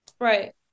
Right